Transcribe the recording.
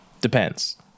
Depends